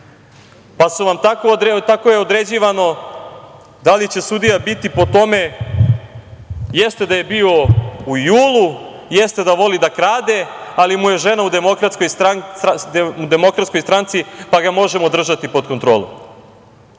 DS, pa tako je određivano da li će sudija biti po tome - jeste da je bio u JUL-u, jeste da voli da krade, ali mu je žena u DS, pa ga možemo držati pod kontrolom.